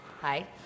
Hi